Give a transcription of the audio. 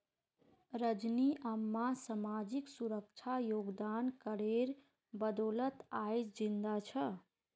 रजनी अम्मा सामाजिक सुरक्षा योगदान करेर बदौलत आइज जिंदा छ